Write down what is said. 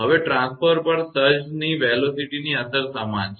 હવે ટ્રાન્સફોર્મર પર સર્જના તીવ્ર વેગની અસર સમાન છે